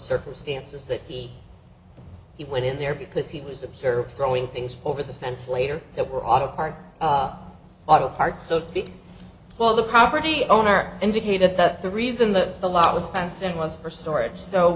circumstances that he he went in there because he was observed throwing things over the fence later that we're all a part auto parts so to speak well the property owner indicated that the reason the the law was fenced in was for storage so